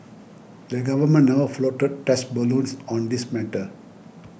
the Government never floated test balloons on this matter